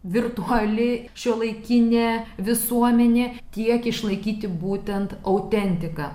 virtuali šiuolaikinė visuomenė tiek išlaikyti būtent autentiką